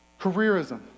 Careerism